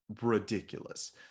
ridiculous